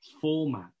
format